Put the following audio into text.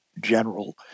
general